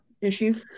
issue